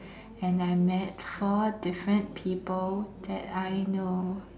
and I met four different people that I know